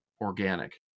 organic